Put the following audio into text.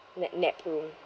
nap nap room